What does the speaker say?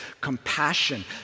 compassion